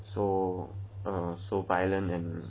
so so violent and